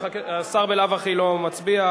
השר בלאו הכי לא מצביע,